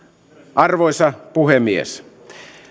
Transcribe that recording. arvoisa puhemies